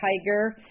Tiger